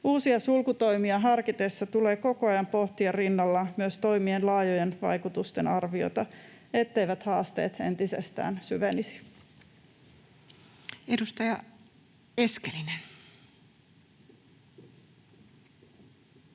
Uusia sulkutoimia harkitessa tulee koko ajan pohtia rinnalla myös toimien laajojen vaikutusten arviota, etteivät haasteet entisestään syvenisi. [Speech